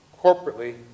corporately